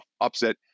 upset